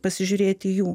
pasižiūrėti jų